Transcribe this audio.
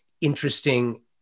interesting